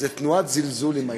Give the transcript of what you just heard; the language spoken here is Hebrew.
עושה הוא תנועת זלזול עם היד,